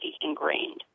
ingrained